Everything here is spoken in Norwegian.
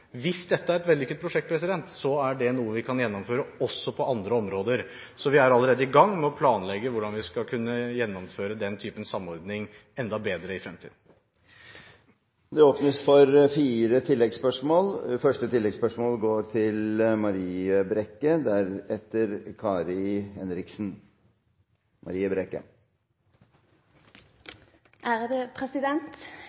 Hvis dette er et vellykket prosjekt, er det noe vi kan gjennomføre også på andre områder, så vi er allerede i gang med å planlegge hvordan vi skal kunne gjennomføre den typen samordning enda bedre i fremtiden. Det blir gitt anledning til fire oppfølgingsspørsmål – først Marie Brekke.